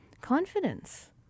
confidence